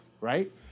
right